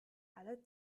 alle